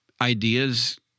ideas